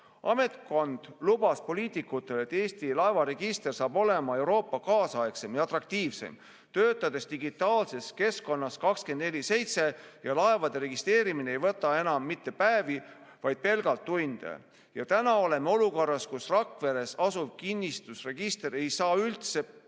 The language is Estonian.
Ametnikkond lubas poliitikutele, et Eesti laevaregister saab olema Euroopa kaasaegseim ja atraktiivseim, töötades digitaalses keskkonnas 24/7 ja laevade registreerimine ei võta enam mitte päevi, vaid pelgalt tunde. "Täna oleme aga olukorras, kus Rakveres asuv kinnistusregister ei saa üldse päris